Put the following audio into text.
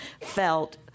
felt